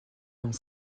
dans